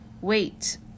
Wait